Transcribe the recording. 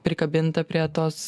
prikabinta prie tos